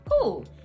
Cool